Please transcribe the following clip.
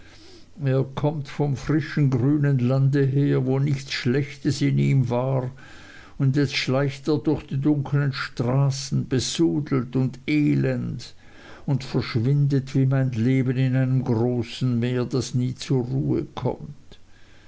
er kommt vom frischen grünen lande her wo nichts schlechtes in ihm war und jetzt schleicht er durch die dunkeln straßen besudelt und elend und verschwindet wie mein leben in einem großen meer das nie zur ruhe kommt